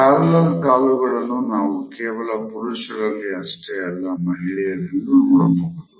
parallel ಕಾಲುಗಳನ್ನು ನಾವು ಕೇವಲ ಪುರಷರಲ್ಲಿ ಅಷ್ಟೇ ಅಲ್ಲ ಮಹಿಳೆಯರಲ್ಲೂ ನೋಡಬಹುದು